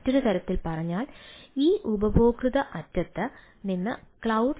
മറ്റൊരു തരത്തിൽ പറഞ്ഞാൽ ഈ ഉപഭോക്തൃ അറ്റത്ത് നിന്ന് ക്ലൌഡ്